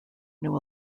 new